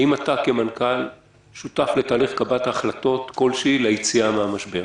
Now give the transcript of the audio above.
האם אתה כמנכ"ל שותף לתהליך כלשהו של קבלת החלטות ליציאה מן המשבר?